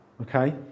Okay